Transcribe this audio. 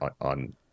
on